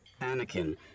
Anakin